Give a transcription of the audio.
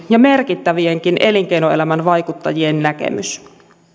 ja merkittävienkin elinkeinoelämän vaikuttajien näkemys